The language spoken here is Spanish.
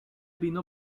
vino